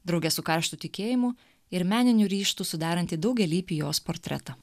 drauge su karštu tikėjimu ir meniniu ryžtu sudaranti daugialypį jos portretą